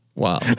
Wow